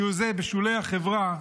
שהוא בשולי החברה,